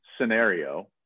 scenario